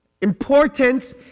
importance